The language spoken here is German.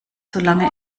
solange